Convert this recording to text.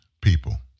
people